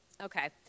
Okay